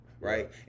right